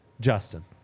Justin